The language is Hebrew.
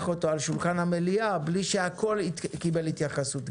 אותה על שולחן המליאה בלי שהכול יקבל התייחסות,